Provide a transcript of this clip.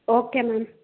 okay ma'am